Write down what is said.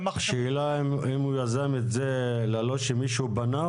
השאלה אם הוא יזם את זה ללא שמישהו פנה?